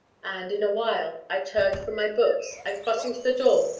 and, in a while, i turned from my books, and, crossing to the door,